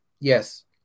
Yes